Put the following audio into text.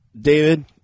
David